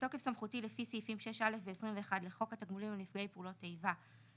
בתוקף סמכותי לפי סעיפים 6א' ו-21 לחוק התקבולים לנפגעי פעולות איבה,